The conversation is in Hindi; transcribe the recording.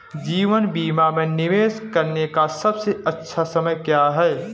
जीवन बीमा में निवेश करने का सबसे अच्छा समय क्या है?